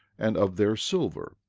and of their silver,